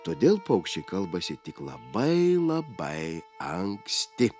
todėl paukščiai kalbasi tik labai labai anksti